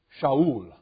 Shaul